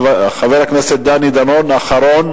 חבר הכנסת דני דנון, אחרון